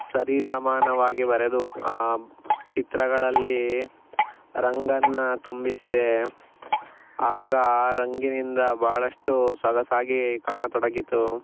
ಸರಿಸಮಾನವಾಗಿ ಬರೆದು ಚಿತ್ರಗಳಲ್ಲಿ ರಂಗನ್ನು ತುಂಬಿಸಿದೆ ಆಗ ಆ ರಂಗಿನಿಂದ ಭಾಳಷ್ಟು ಸೊಗಸಾಗಿ ಕಾಣತೊಡಗಿತು